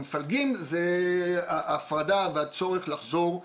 המפלגים זה ההפרדה והצורך לחזור אחורה,